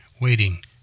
waiting